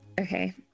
Okay